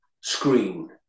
screen